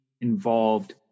involved